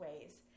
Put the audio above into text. ways